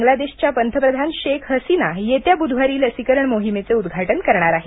बांगलादेशच्या पंतप्रधान शेख हसीना येत्या बुधवारी लसीकरण मोहिमेचे उद्घाटन करणार आहेत